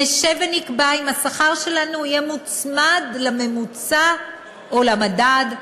נשב ונקבע אם השכר שלנו יהיה מוצמד לממוצע או למדד?